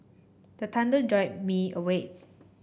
the thunder jolt me awake